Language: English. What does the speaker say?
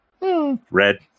Red